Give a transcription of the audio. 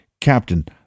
Captain